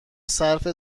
صرف